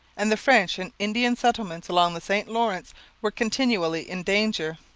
and the french and indian settlements along the st lawrence were continually in danger.